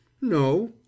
no